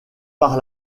par